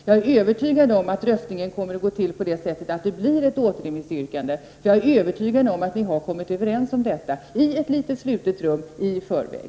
Jag är övertygad om att röstningen kommer att gå så att det blir en återremiss, och jag är övertygad om att ni har kommit överens om detta i ett litet slutet rum i förväg.